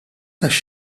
tax